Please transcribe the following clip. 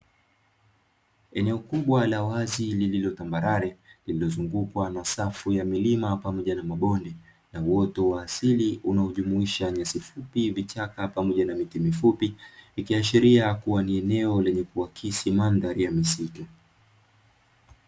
Eneo kubwa la wazi lililo tambarare, lililozungukwa na safu ya milima, pamoja na mabonde, na uoto wa asili unajumuisha nyasi fupi, vichaka, pamoja na miti mifupi, ikiashiria kuwa ni eneo lenye kuakisi mandhari ya misitu.